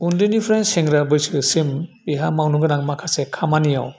उन्दैनिफ्राय सेंग्रा बैसोसिम बिहा मावनो गोनां माखासे खामानियाव